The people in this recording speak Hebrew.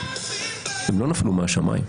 הן לא נפלו מהשמים,